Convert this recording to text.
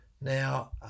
Now